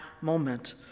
moment